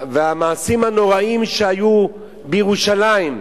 והמעשים הנוראים שהיו בירושלים,